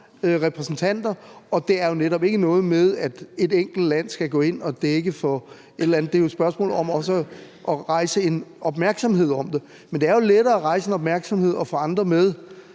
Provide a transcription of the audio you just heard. repræsentanter, og det er netop ikke noget med, at et enkelt land skal gå ind og dække for et eller andet. Det er jo et spørgsmål om også at rejse en opmærksomhed om det. Men det er jo lettere at rejse en opmærksomhed og få andre med,